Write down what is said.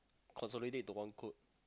consolidate into one code